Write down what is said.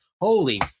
holy